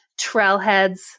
trailheads